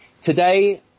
Today